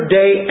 day